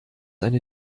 eine